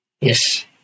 Yes